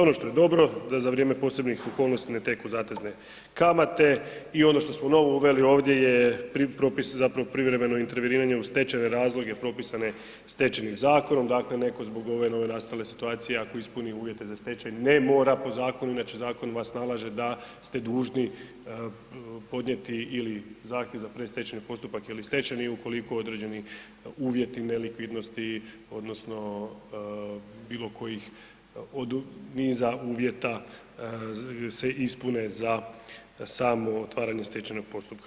Ono što je dobro da za vrijeme posebnih okolnosti ne teku zatezne kamate i ono što smo novo uveli ovdje je propis, zapravo privremeno interveniranje u stečajne razloge propisane Stečajnim zakonom, dakle netko zbog ove novonastale situacije, ako ispuni uvjete za stečaj, ne mora po zakonu, inače zakon vas nalaže da ste dužni podnijeti ili zahtjev za predstečajni postupak ili stečajni, ukoliko određeni uvjeti nelikvidnosti odnosno bilo kojih od niza uvjeta se ispune za samo otvaranje stečajnog postupka.